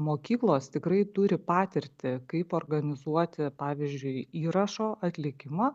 mokyklos tikrai turi patirtį kaip organizuoti pavyzdžiui įrašo atlikimą